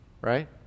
right